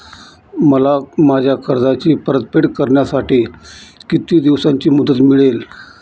मला माझ्या कर्जाची परतफेड करण्यासाठी किती दिवसांची मुदत मिळेल?